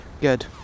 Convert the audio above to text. Good